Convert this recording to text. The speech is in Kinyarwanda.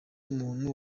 muntu